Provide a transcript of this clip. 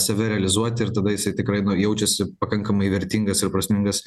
save realizuoti ir tada jisai tikrai nu jaučiasi pakankamai vertingas ir prasmingas